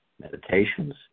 meditations